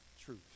truth